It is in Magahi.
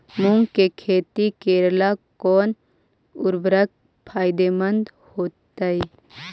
मुंग के खेती करेला कौन उर्वरक फायदेमंद होतइ?